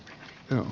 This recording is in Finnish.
keo